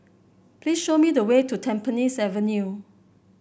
please show me the way to Tampines Avenue